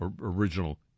original